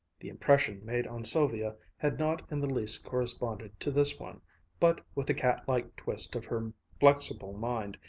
the impression made on sylvia had not in the least corresponded to this one but with a cat-like twist of her flexible mind,